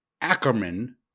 Ackerman